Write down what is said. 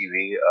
TV